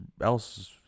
else